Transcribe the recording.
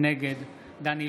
נגד דן אילוז,